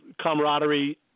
camaraderie